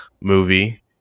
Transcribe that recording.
movie